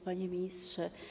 Panie Ministrze!